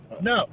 No